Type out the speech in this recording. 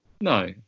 No